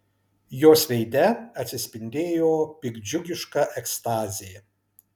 jos veide atsispindėjo piktdžiugiška ekstazė